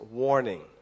warning